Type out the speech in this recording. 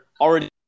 already